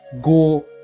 go